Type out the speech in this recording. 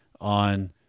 on